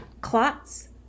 clots